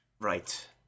right